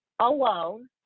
alone